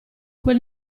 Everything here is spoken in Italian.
quel